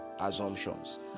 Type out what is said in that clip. assumptions